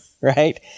right